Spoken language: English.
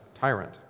tyrant